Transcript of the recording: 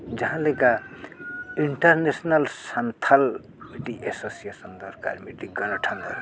ᱡᱟᱦᱟᱸ ᱞᱮᱠᱟ ᱤᱱᱴᱟᱨᱱᱮᱥᱱᱮᱞ ᱥᱟᱱᱛᱷᱟᱞ ᱢᱤᱫᱴᱤᱡ ᱮᱥᱳᱥᱤᱭᱮᱥᱚᱱ ᱫᱚᱨᱠᱟᱨ ᱢᱤᱫᱴᱤᱡ ᱜᱚᱱᱚᱴᱷᱚᱱ ᱫᱚᱨᱠᱟᱨ